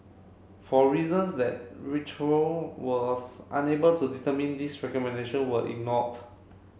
for reasons that was unable to determine these recommendation were ignored